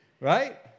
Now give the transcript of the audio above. Right